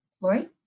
Lori